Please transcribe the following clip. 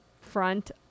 front